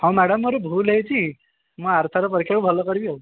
ହଁ ମ୍ୟାଡ଼ାମ ମୋର ଭୁଲ ହୋଇଛି ମୁଁ ଆରଥର ପରୀକ୍ଷାକୁ ଭଲ କରିବି ଆଉ